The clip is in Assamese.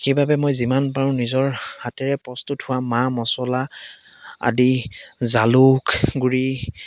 সেইবাবে মই যিমান পাৰোঁ নিজৰ হাতেৰে প্ৰস্তুত হোৱা মা মচলা আদি জালুক গুড়ি